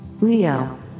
Leo